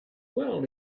well